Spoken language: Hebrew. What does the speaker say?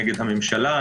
נגד הממשלה,